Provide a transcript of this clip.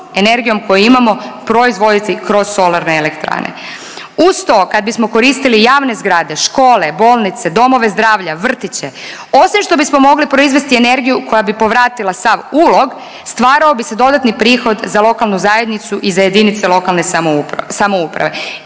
energijom koju imamo proizvoditi kroz solarne elektrane. Uz to kad bismo koristili javne zgrade, škole, bolnice, domove zdravlja, vrtiće, osim što bismo mogli proizvesti energiju koja bi povratila sav ulog stvarao bi se dodatni prihod za lokalnu zajednicu i za JLS i kao što sam